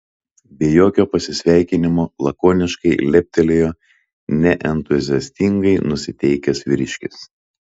be jokio pasisveikinimo lakoniškai leptelėjo neentuziastingai nusiteikęs vyriškis